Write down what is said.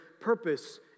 purpose